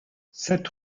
sept